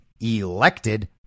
elected